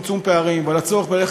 אתה תקבל, אני אתן לך